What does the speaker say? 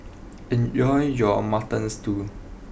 enjoy your Mutton Stew